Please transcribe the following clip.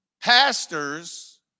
pastors